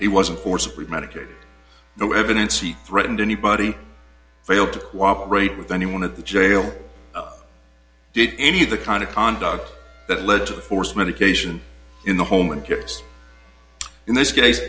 he wasn't forced premeditated no evidence he threatened anybody failed to cooperate with anyone at the jail did any of the kind of conduct that led to the force medication in the home and cares in this case